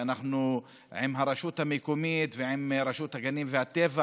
ויחד עם הרשות המקומיות ורשות הגנים והטבע